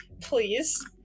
please